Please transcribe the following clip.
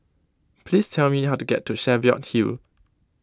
please tell me how to get to Cheviot Hill